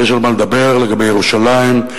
יש על מה לדבר לגבי ירושלים,